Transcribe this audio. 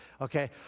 Okay